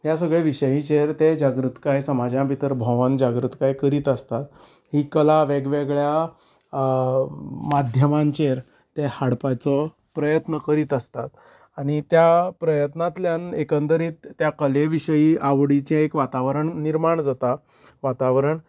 ह्या सगळ्यां विशयाचेर ते जागृताय समाजा भितर भोंवन जागृताय करीत आसतात ही कला वेगवेगळ्या माध्यामांचेर ते हाडपाचो प्रयत्न करीत आसतात आनी त्या प्रयत्नांतल्यान एकंदरीत त्या विशयी आवडीचें एक वातावरण निर्माण जाता वातावरण